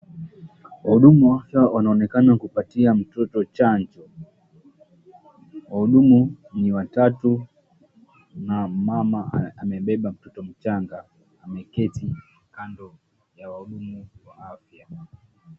Wahudumu wa afya wanaonekana kumpatia mtoto chanjo . Wahudumu ni watatu na mama amebeba mtoto mchanga. Ameketi kando ya wahudumu wa afya.